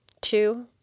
two